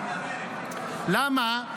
למה?